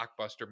blockbuster